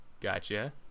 gotcha